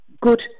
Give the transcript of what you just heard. good